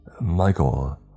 Michael